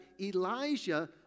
Elijah